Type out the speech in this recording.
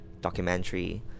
documentary